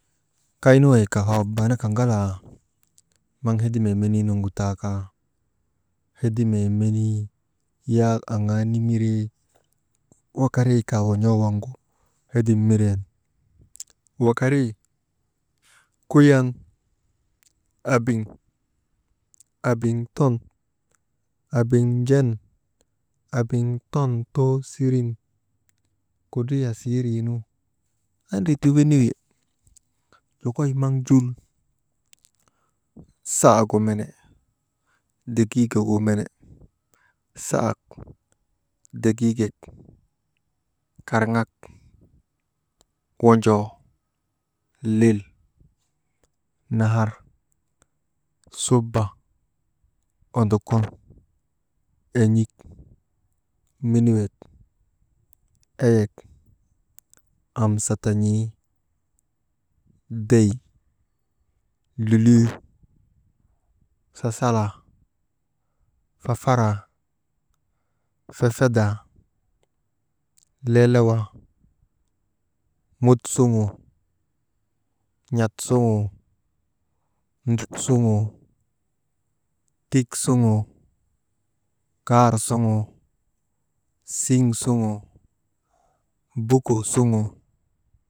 Kaynu wey kaawabanaka ŋalaa maŋ hedimee meniinugu taa kaa hedimee menii yak aŋaa nimiree wakarii kawon̰oowaŋgu hedim mireni wakari kuyan, abiŋ abiŋ ton, abiŋ jen, abiŋ ton toosiren kudriyasiiriinu, adri ti winiwi yokoy maŋ jul, saagu mene, degiigagu mene, saak, sak degiigek karŋak, wonjoo, lel nahar, suba, ondokur en̰ik, miniwek, eyek, amsatan̰ii, dey, luluyoo, sasalaa, fafaraa, fefedaa, leelawaa, mut suŋuu, n̰at suŋu nduk suŋguu, tik suŋgu, kaar suŋuu, siŋ suguu buku suŋguu.